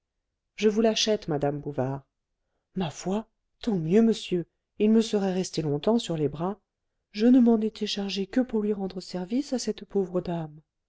je vous l'achète madame bouvard ma foi tant mieux monsieur il me serait resté longtemps sur les bras je ne m'en étais chargée que pour lui rendre service à cette pauvre dame